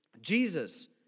Jesus